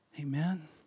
amen